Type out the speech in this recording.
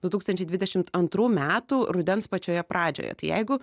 du tūkstančiai dvidešimt antrų metų rudens pačioje pradžioje tai jeigu